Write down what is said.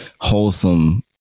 wholesome